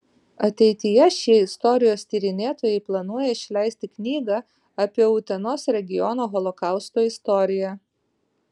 ateityje šie istorijos tyrinėtojai planuoja išleisti knygą apie utenos regiono holokausto istoriją